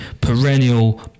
perennial